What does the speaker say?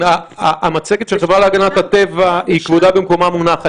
--- המצגת של החברה להגנת הטבע כבודה במקומה מונח.